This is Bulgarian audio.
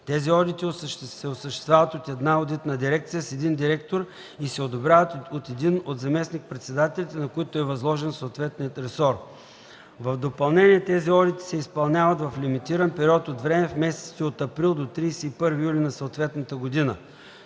Тези одити се осъществяват от една одитна дирекция, с един директор и се одобряват от един от заместник-председателите, на който е възложен съответния ресор. В допълнение, тези одити се изпълняват в лимитиран период от време – в месеците от април до 31 юли на съответната година.